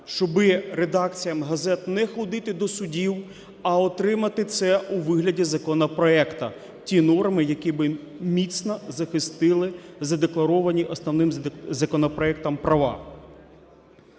щоби редакціям газет не ходити до судів, а отримати це у вигляді законопроекту, ті норми, які би міцно захистили задекларовані основним законопроектом права.